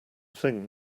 thing